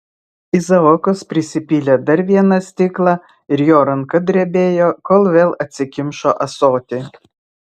izaokas prisipylė dar vieną stiklą ir jo ranka drebėjo kol vėl atsikimšo ąsotį